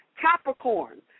Capricorn